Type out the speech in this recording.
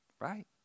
right